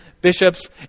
bishops